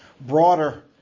broader